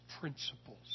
principles